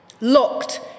locked